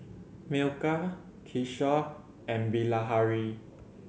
Milkha Kishore and Bilahari